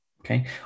Okay